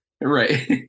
right